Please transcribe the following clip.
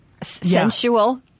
sensual